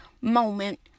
moment